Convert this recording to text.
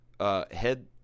Head